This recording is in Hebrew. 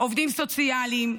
עובדים סוציאליים,